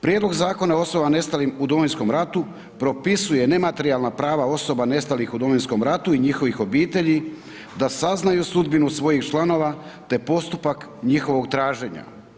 Prijedlog Zakona o osobama nestalih u Domovinskom ratu propisuje nematerijalna osoba nestalih u Domovinskom ratu i njihovih obitelji da saznaju sudbinu svojih članova te postupak njihovog traženja.